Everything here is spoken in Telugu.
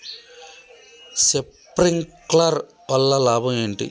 శప్రింక్లర్ వల్ల లాభం ఏంటి?